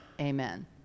amen